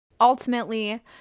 Ultimately